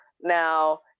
Now